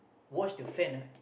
wash the fan ah